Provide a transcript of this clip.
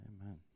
Amen